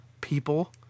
people